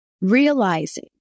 realizing